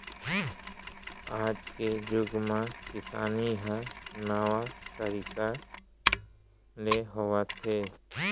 आज के जुग म किसानी ह नावा तरीका ले होवत हे